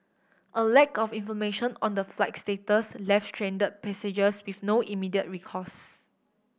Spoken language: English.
a lack of information on the flight's status left stranded passengers with no immediate recourse